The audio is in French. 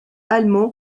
allemand